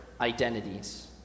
identities